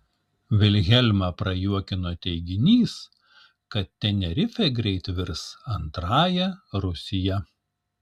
vilhelmą prajuokino teiginys kad tenerifė greit virs antrąja rusija